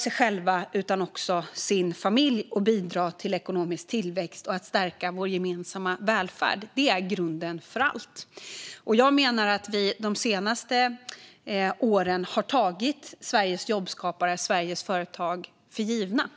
sig själva och sin familj, bidra till ekonomisk tillväxt och stärka vår gemensamma välfärd. Det är grunden för allt. Jag menar att vi de senaste åren har tagit Sveriges jobbskapare för givna.